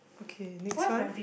okay next one